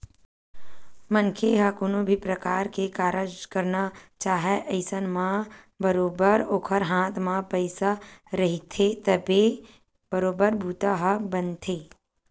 मनखे ह कोनो भी परकार के कारज करना चाहय अइसन म बरोबर ओखर हाथ म पइसा रहिथे तभे बरोबर बूता ह बनथे